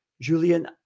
Julian